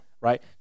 Right